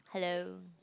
hello